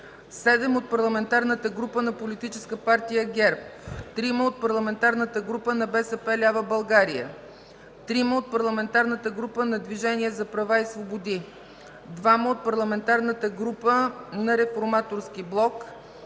7 от Парламентарната група на Политическа партия ГЕРБ; 3 от Парламентарната група на БСП лява България; 3 от Парламентарната група на Движение за права и свободи; 2 от Парламентарната група на Реформаторски блок;